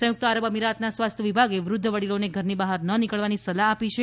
સંયુક્ત આરબ અમીરાતના સ્વાસ્થ્ય વિભાગે વૃદ્ધ વડીલોને ઘરની બહાર ન નીકલાની સલાહ આપી છે